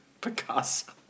Picasso